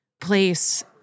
place